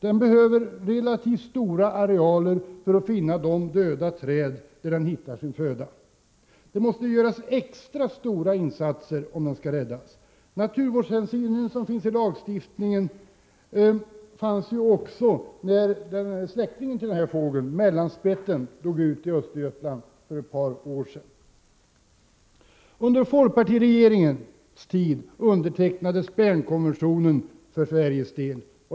Den behöver relativt stora arealer för att finna de döda träd där den hittar sin föda. Det måste göras extra stora insatser om den skall räddas. Naturvårdshänsynen fanns ju i lagstiftningen också när fågelns släkting, mellanspetten, dog ut i Östergötland för ett par år sedan. Under folkpartiregeringens tid undertecknades Bernkonventionen för Sveriges del.